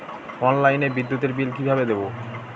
অনলাইনে বিদ্যুতের বিল কিভাবে দেব?